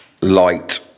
light